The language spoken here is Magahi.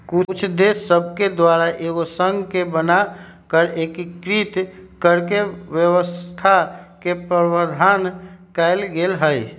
कुछ देश सभके द्वारा एगो संघ के बना कऽ एकीकृत कऽकेँ व्यवस्था के प्रावधान कएल गेल हइ